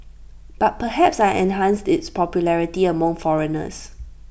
but perhaps I enhanced its popularity among foreigners